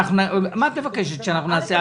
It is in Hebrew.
מה את מבקשת שאנחנו נעשה?